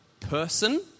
person